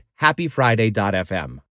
happyfriday.fm